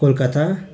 Kolkata